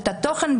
את התוכן,